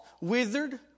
withered